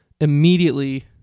immediately